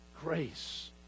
Grace